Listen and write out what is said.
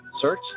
Search